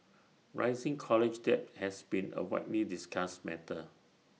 rising college debt has been A widely discussed matter